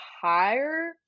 higher